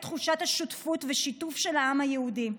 תחושת השותפות והשיתוף של העם היהודי.